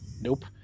Nope